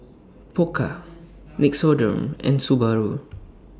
Pokka Nixoderm and Subaru